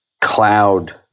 cloud